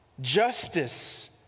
justice